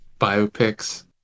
biopics